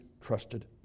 trusted